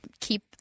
keep